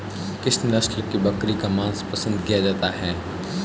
किस नस्ल की बकरी का मांस पसंद किया जाता है?